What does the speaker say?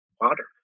water